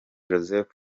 joseph